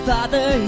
Father